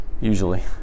usually